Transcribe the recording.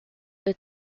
the